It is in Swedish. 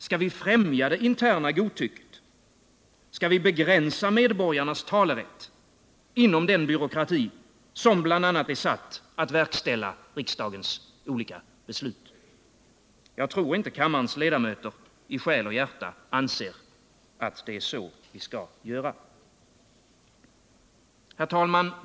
Skall vi främja det interna godtycket, skall vi begränsa medborgarnas talerätt inom den byråkrati som bl.a. är satt att verkställa riksdagens beslut? Jag tror inte kammarens ledamöter i själ och hjärta anser att det är så vi skall göra.